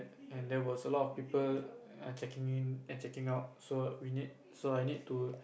and there was a lot of people checking in and checking out so I need to